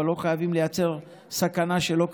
אבל לא חייבים לייצר סכנה שלא קיימת.